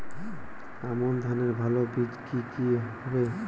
আমান ধানের ভালো বীজ কি কি হবে?